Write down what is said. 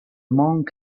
monk